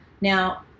Now